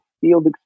field